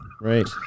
right